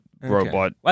robot